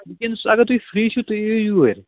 وُنکٮ۪نَس اَگر تُہۍ فرٛی چھُو تُہۍ یِیِو یوٗرۍ